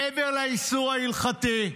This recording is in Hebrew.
מעבר לאיסור ההלכתי,